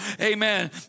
Amen